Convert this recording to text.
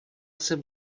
jsem